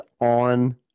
on